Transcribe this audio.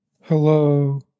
Hello